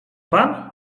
pan